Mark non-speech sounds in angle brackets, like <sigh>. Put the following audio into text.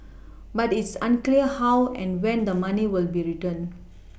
but it's unclear how and when the money will be returned <noise>